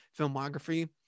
filmography